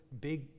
big